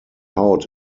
haut